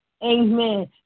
Amen